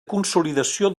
consolidació